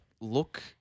look